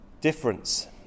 Difference